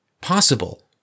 possible